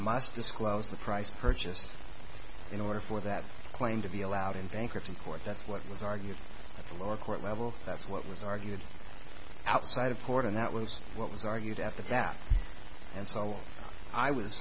must disclose the price purchased in order for that claim to be allowed in bankruptcy court that's what was argued at the lower court level that's what was argued outside of court and that was what was argued at that and so i was